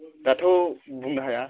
दाथ' बुंनो हाया